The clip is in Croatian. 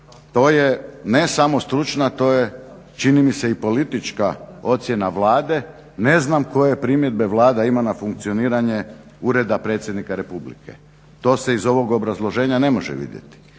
to je ne samo stručna, čini mi se i politička ocjena Vlade. Ne znam koje primjedbe Vlada ima na funkcioniranje ureda predsjednika. To se iz ovog obrazloženja ne može vidjeti.